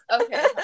Okay